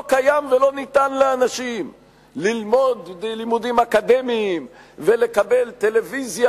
לא קיים ולא ניתן לאנשים ללמוד לימודים אקדמיים ולקבל טלוויזיה